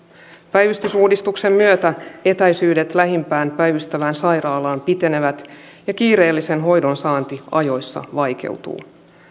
päivystysuudistuksen myötä etäisyydet lähimpään päivystävään sairaalaan pitenevät ja kiireellisen hoidon saanti ajoissa vaikeutuu